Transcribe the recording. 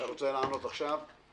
אתה רוצה לענות עכשיו?